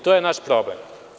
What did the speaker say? To je naš problem.